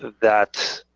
that,